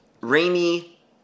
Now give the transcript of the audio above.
rainy